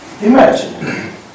Imagine